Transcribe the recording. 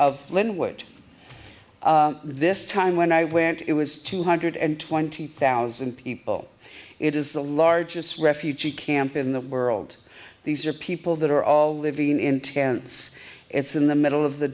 of linwood this time when i went it was two hundred and twenty thousand people it is the largest refugee camp in the world these are people that are all living in tents it's in the middle of the